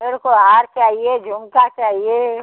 मेरे को हार चाहिए झुमका चाहिए